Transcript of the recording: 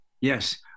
Yes